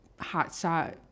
hotshot